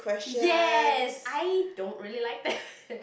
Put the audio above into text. yes I don't really like that